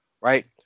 Right